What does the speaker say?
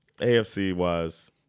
AFC-wise